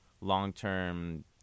long-term